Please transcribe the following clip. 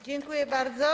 Dziękuję bardzo.